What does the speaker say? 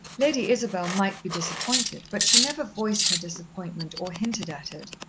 lady isabel might be disappointed, but she never voiced her disappointment or hinted at it,